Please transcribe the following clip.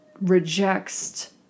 Rejects